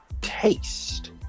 taste